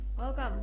Welcome